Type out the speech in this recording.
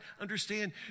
understand